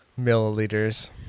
milliliters